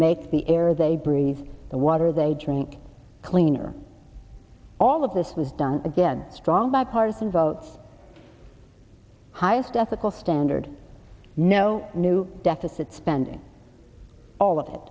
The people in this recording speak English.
make the air they breathe the water they drink cleaner all of this was done again strong bipartisan votes highest ethical standard no new deficit spending all of it